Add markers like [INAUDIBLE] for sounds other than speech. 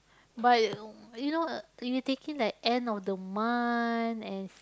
but [NOISE] you know if we take it like end of the month as